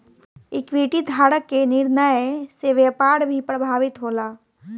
equity धारक के निर्णय से व्यापार भी प्रभावित होला